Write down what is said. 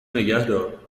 نگهدار